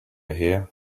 here